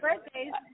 birthdays